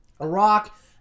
Iraq